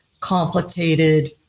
complicated